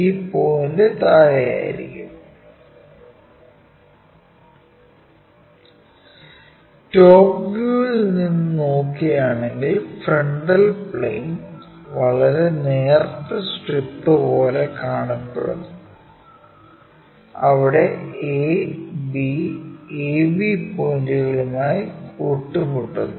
ഈ പോയിൻറ് താഴെയായിരിക്കും ടോപ് വ്യൂവിൽ നിന്ന് നോക്കുകയാണെങ്കിൽ ഫ്രണ്ടൽ പ്ളെയിൻ വളരെ നേർത്ത സ്ട്രിപ്പ് പോലെ കാണപ്പെടുന്നു അവിടെ a b a b പോയിന്റുകളുമായി കൂട്ടിമുട്ടുന്നു